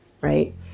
right